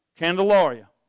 Candelaria